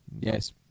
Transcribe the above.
Yes